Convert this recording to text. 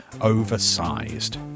oversized